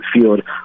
field